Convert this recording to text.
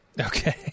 Okay